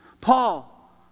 Paul